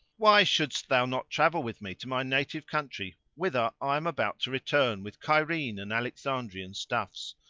why shouldst thou not travel with me to my native country whither i am about to return with cairene and alexandrian stuffs?